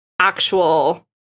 actual